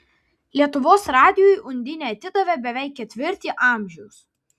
lietuvos radijui undinė atidavė beveik ketvirtį amžiaus